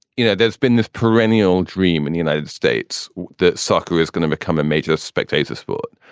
you know, there's been this perennial dream in the united states that soccer is going to become a major spectator sport.